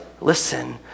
listen